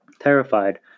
Terrified